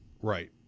Right